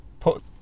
put